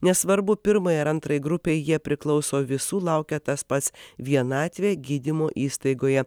nesvarbu pirmai ar antrai grupei jie priklauso visų laukia tas pats vienatvė gydymo įstaigoje